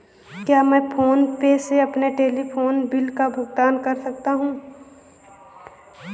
क्या मैं PhonePe से अपने टेलीफोन बिल का भुगतान कर सकता हूँ?